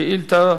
שאילתא